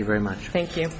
you very much thank you